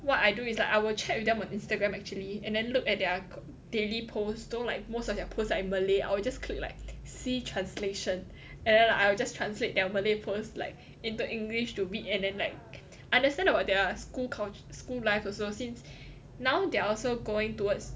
what I do is like I will chat with them on Instagram actually and then look at their daily post though like most of their posts are in malay I will just click like see translation and then I will just translate their malay post like into english to read and then like understand about their school college school life also since now they are also going towards